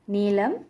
நீலம்:neelam